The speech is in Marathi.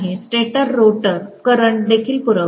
स्टेटर रोटर करंट देखील पुरवतो